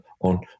on